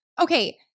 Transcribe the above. Okay